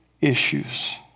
issues